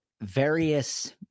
various